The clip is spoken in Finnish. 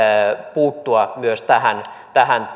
puuttua myös tähän tähän